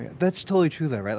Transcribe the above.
that's totally true, though,